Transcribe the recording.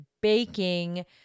baking